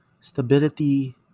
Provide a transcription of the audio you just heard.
Stability